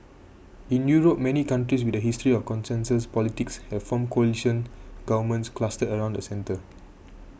in Europe many countries with a history of consensus politics have formed coalition governments clustered around the centre